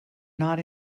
not